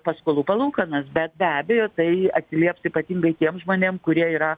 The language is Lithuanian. paskolų palūkanas bet be abejo tai atsilieps ypatingai tiem žmonėm kurie yra